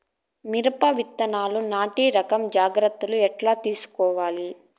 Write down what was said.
మిరప విత్తనాలు నాటి రకం జాగ్రత్తలు ఎట్లా తీసుకోవాలి?